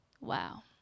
Wow